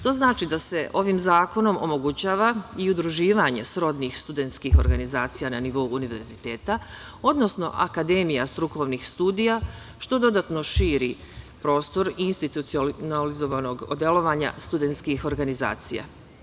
To znači da se ovim zakonom omogućava i udruživanje srodnih studentskih organizacija na nivou univerziteta, odnosno akademija strukovnih studija, što dodatno širi prostor institucionalizovanog delovanja studenskih organizacija.